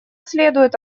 следует